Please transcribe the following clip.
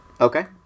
Okay